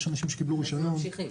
יש אנשים שקיבלו רישיון,